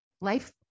life